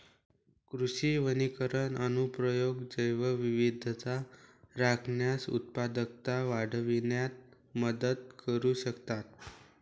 कृषी वनीकरण अनुप्रयोग जैवविविधता राखण्यास, उत्पादकता वाढविण्यात मदत करू शकतात